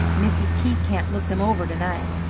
mrs. keithe can't look them over to-night.